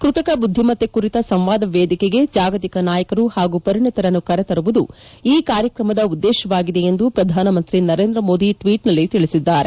ಕೃತಕ ಬುದ್ದಿಮತ್ತೆ ಕುರಿತ ಸಂವಾದ ವೇದಿಕೆಗೆ ಜಾಗತಿಕ ನಾಯಕರು ಹಾಗೂ ಪರಿಣಿತರನ್ನು ಕರೆತರುವುದು ಈ ಕಾರ್ಯಕ್ರಮದ ಉದ್ದೇಶವಾಗಿದೆ ಎಂದು ಪ್ರಧಾನಮಂತ್ರಿ ನರೇಂದ್ರ ಮೋದಿ ಟ್ವೀಟ್ನಲ್ಲಿ ತಿಳಿಸಿದ್ದಾರೆ